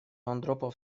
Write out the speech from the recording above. андропов